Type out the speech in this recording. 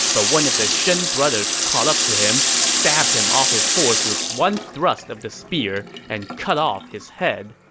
but one of the shen brothers caught up to him, stabbed him off his horse with one thrust of the spear, and cut off his head.